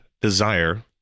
desire